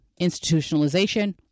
institutionalization